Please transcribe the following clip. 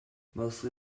mostly